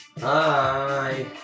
Hi